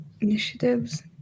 initiatives